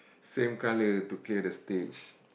same colour to play the stage